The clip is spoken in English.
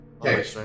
Okay